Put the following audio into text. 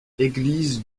église